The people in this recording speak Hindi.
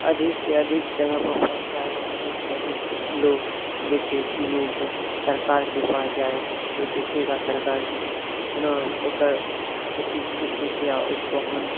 अधिक से अधिक जगह पर पहुँचाए अधिक से अधिक लोग देखें इस न्यूज़ को सरकार के पास जाए तो देखेगा सरकार कि इतना एकड़ खेती किसी की इसको हानि